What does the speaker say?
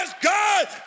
God